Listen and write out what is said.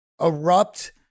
erupt